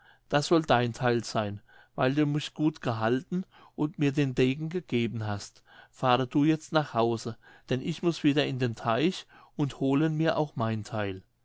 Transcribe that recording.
das soll dein theil seyn weil du mich gut gehalten und mir den degen gegeben hast fahre du jetzt nach hause denn ich muß wieder in den teich und holen mir auch mein theil